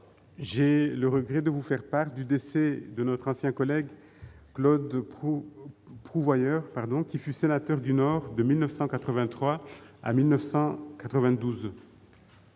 J'ai le regret de vous faire part du décès de notre ancien collègue Claude Prouvoyeur, qui fut sénateur du Nord de 1983 à 1992.